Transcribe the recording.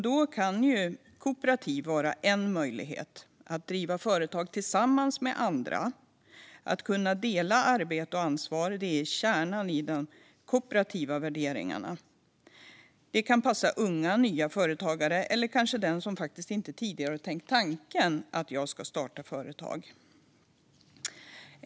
Då kan kooperativ vara en möjlighet. Att driva företag tillsammans med andra och att kunna dela arbete och ansvar är kärnan i de kooperativa värderingarna. Det kan passa unga nya företagare eller kanske den som inte tidigare tänkt tanken att starta företag.